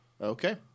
Okay